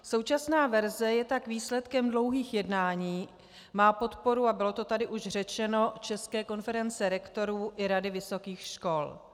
Současná verze je tak výsledkem dlouhých jednání, má podporu a bylo to tady už řečeno České konference rektorů i Rady vysokých škol.